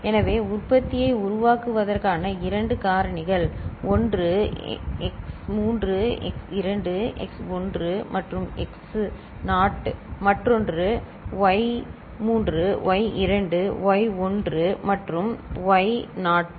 எனவே உற்பத்தியை உருவாக்குவதற்கான இரண்டு காரணிகள் ஒன்று x3 x2 x1 மற்றும் x நாட் மற்றொன்று y3 y2 y1 மற்றும் y நாட்